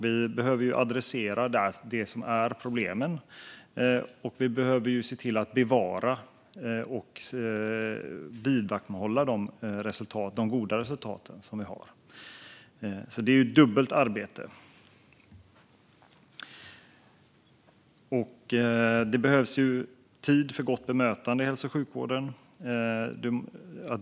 Vi behöver där adressera det som är problemen, och vi behöver se till att bevara och vidmakthålla de goda resultat som vi har. Det är dubbelt arbete. Det behövs tid för gott bemötande i hälso och sjukvården.